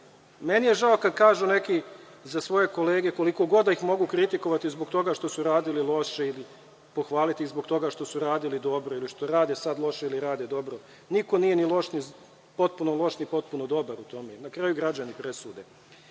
Meni je žao kad kažu neki za svoje kolege, koliko god da ih mogu kritikovati zbog toga što su radili loše ili pohvaliti ih zbog toga što su radili dobro ili što rade sad loše, ili rade dobro, niko nije potpuno loš ni potpuno dobar u tome. Na kraju građani presude. Nemamo